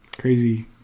crazy